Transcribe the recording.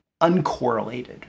uncorrelated